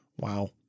Wow